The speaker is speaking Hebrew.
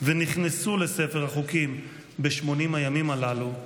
ונכנסו לספר החוקים ב-80 הימים הללו,